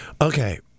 Okay